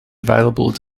available